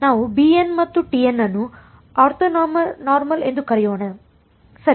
ನಾವು bn ಮತ್ತು tn ಅನ್ನು ಆರ್ಥೋನಾರ್ಮಲ್ ಎಂದು ಕರೆಯೋಣ ಸರಿ